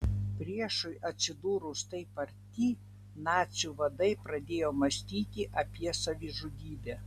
priešui atsidūrus taip arti nacių vadai pradėjo mąstyti apie savižudybę